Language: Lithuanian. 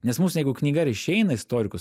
nes mums jeigu knyga ir išeina istorikus